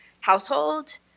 household